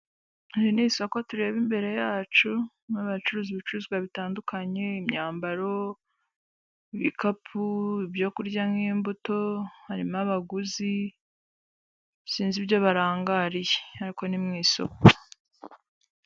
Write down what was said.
Iri ni isoko tureba imbere yacu; aho bacuruza ibicuruzwa bitandukanye: imyambaro, bikapu, ibyo kurya nk'imbuto. Harimo abaguzi sinzi ibyo barangariye, ariko ni mu isoko.